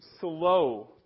slow